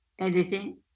editing